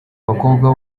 bakobwa